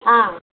ஆ